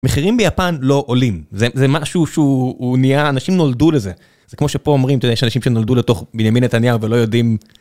מחירים ביפן לא עולים. זה משהו שהוא, הוא נהיה... אנשים נולדו לזה. זה כמו שפה אומרים, אתה יודע, יש אנשים שנולדו לתוך בנימין נתניהו ולא יודעים